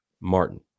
Martin